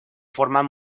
forman